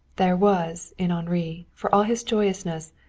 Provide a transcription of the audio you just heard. there was, in henri, for all his joyousness,